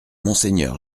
monseigneur